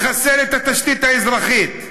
לחסל את התשתית האזרחית,